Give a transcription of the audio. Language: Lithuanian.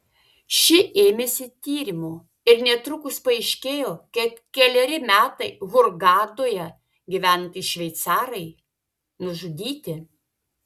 ši ėmėsi tyrimo ir netrukus paaiškėjo kad keleri metai hurgadoje gyvenantys šveicarai nužudyti